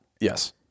Yes